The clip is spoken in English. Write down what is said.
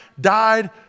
died